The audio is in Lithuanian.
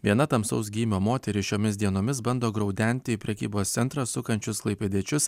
viena tamsaus gymio moteris šiomis dienomis bando graudenti į prekybos centrą sukančius klaipėdiečius